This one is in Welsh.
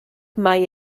mae